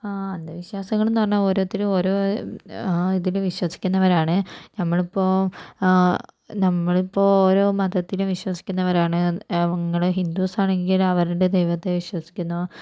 അന്ധവിശ്വാസങ്ങൾ എന്ന് പറഞ്ഞാൽ ഓരോരുത്തരും ഓരോ ഇതില് വിശ്വസിക്കുന്നവരാണ് നമ്മളിപ്പോൾ നമ്മളിപ്പോൾ ഓരോ മതത്തിലും വിശ്വസിക്കുന്നവരാണ് ഇങ്ങള് ഹിന്ദുസ് ആണെങ്കിൽ അവരുടെ ദൈവത്തെ വിശ്വസിക്കുന്നു